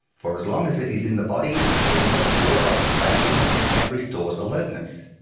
for as long as it is in the body, caffeine helps ward off drowsiness and restores alertness.